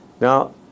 Now